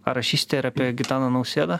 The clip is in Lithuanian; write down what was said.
ar rašyste ir apie gitaną nausėdą